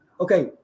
okay